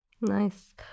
Nice